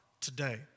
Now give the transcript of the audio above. today